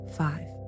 five